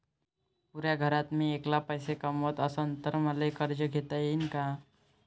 पुऱ्या घरात मी ऐकला पैसे कमवत असन तर मले कर्ज घेता येईन का?